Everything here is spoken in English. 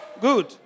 Good